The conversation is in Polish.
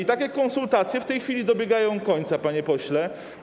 I takie konsultacje w tej chwili dobiegają końca, panie pośle.